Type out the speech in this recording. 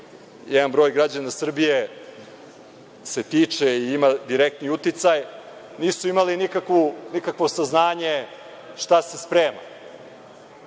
jedan broj građana Srbije se tiče i ima direktan uticaj, nisu imali nikakvo saznanje šta se sprema.